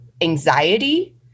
anxiety